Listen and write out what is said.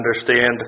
understand